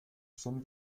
schon